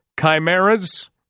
chimeras